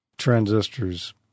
Transistors